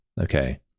okay